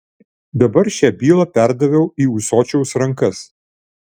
dabar šią bylą perdaviau į ūsočiaus rankas